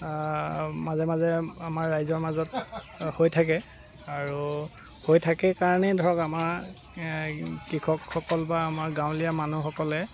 মাজে মাজে আমাৰ ৰাইজৰ মাজত হৈ থাকে আৰু হৈ থাকে কাৰণেই ধৰক আমাৰ কৃষকসকল বা আমাৰ গাঁৱলীয়া মানুহসকলে